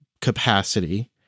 capacity